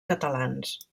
catalans